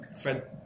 Fred